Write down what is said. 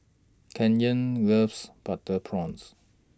Canyon loves Butter Prawns